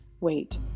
Wait